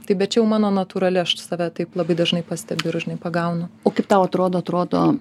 tai bet čia jau mano natūrali aš save taip labai dažnai pastebiu ir žinai pagaunu o kaip tau atrodo atrodo